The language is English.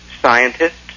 scientists